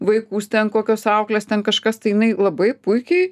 vaikus ten kokios auklės ten kažkas tai jinai labai puikiai